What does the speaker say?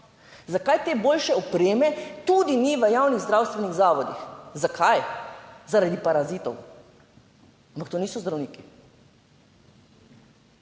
zakaj te boljše opreme tudi ni v javnih zdravstvenih zavodih. Zakaj? Zaradi parazitov, ampak to niso zdravniki.